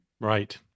Right